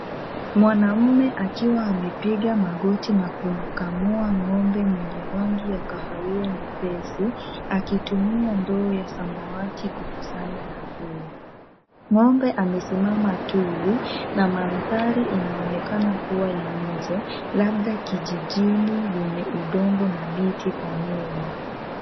Mwanaume akiwa amepiga magoti na kumkamua ng'ombe mwenye rangi ya kahawia nyepesi, akitumia ndoo ya samawati kukusanya maziwa. Ng'ombe amesimama tuli, na mandhari inaonekana kuwa ya nje, labda kijijini yenye udongo na miti kwa nyuma.